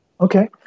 Okay